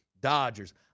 Dodgers